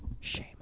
Shame